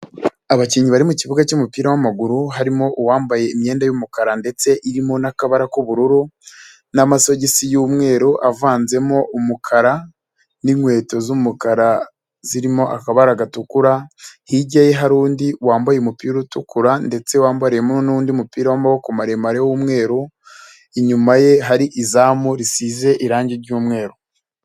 Abakinnyi bari mu kibuga cy'umupira w'amaguru. Harimo uwambaye imyenda y'umukara ndetse irimo n'akabara k'ubururu n'amasogisi y'umweru, avanzemo umukara n'inkweto z'umukara zirimo akabara gatukura. Hirya ye hari undi wambaye umupira utukura ndetse wambariyemo n'undi mupira w'amaboko maremare y'umweru. Inyuma ye hari izamu risize irangi ry'umweru.